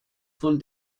von